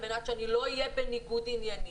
על מנת שאני לא אהיה בניגוד עניינים.